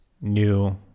new